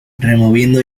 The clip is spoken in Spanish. removiendo